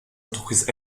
entreprises